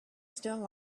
still